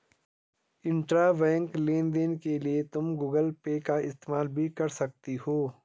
intrabank लेन देन के लिए तुम गूगल पे का इस्तेमाल भी कर सकती हो